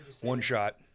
one-shot